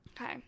Okay